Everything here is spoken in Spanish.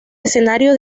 escenario